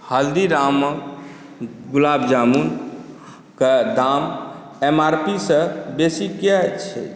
हल्दीराम गुलाब जामुनके दाम एम आर पी सँ बेसी किए छै